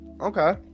Okay